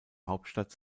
hauptstadt